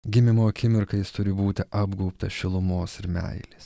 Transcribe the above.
gimimo akimirką jis turi būti apgaubtas šilumos ir meilės